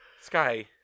Sky